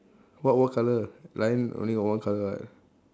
what what colour lion only got one colour what